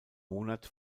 monat